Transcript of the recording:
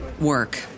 work